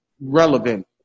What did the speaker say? relevant